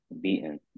beaten